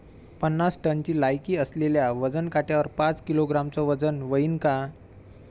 पन्नास टनची लायकी असलेल्या वजन काट्यावर पाच किलोग्रॅमचं वजन व्हईन का?